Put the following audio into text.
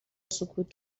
سکوت